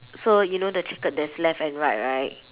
so you know checkered there's left and right right